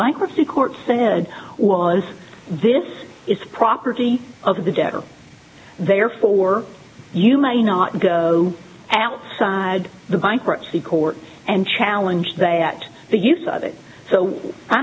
bankruptcy court said was this is property of the debtor therefore you may not go outside the bankruptcy court and challenge that the use of it so i